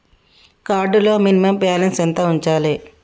Card లో minimum balance ఎంత ఉంచాలే?